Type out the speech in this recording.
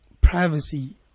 privacy